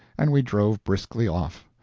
and we drove briskly off.